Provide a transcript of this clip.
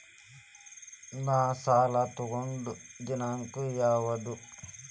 ನಾ ಸಾಲ ತಗೊಂಡು ದಿನಾಂಕ ಯಾವುದು?